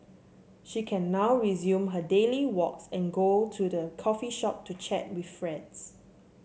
she can now resume her daily walks and go to the coffee shop to chat with friends